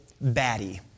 batty